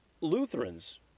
Lutherans